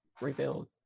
rebuild